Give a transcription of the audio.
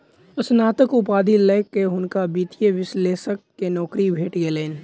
स्नातक उपाधि लय के हुनका वित्तीय विश्लेषक के नौकरी भेट गेलैन